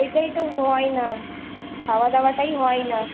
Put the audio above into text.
ওইটাই তো হয় না খাওয়া দাওয়াটাই হয় না